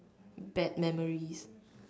bad memories